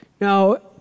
Now